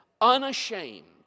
Unashamed